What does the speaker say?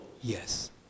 Yes